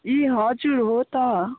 ए हजुर हो त